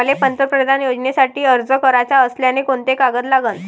मले पंतप्रधान योजनेसाठी अर्ज कराचा असल्याने कोंते कागद लागन?